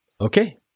Okay